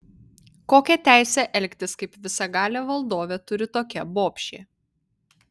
kokią teisę elgtis kaip visagalė valdovė turi tokia bobšė